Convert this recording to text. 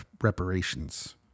reparations